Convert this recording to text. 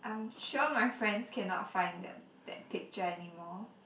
I'm sure my friends cannot find that that picture anymore